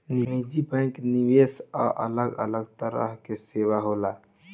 निजी बैंकिंग, निवेश आ अलग अलग तरह के सेवा होला